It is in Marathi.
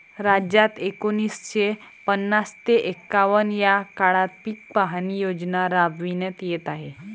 राज्यात एकोणीसशे पन्नास ते एकवन्न या काळात पीक पाहणी योजना राबविण्यात येत आहे